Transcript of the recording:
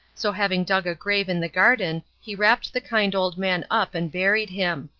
so having dug a grave in the garden he wrapped the kind old man up and buried him.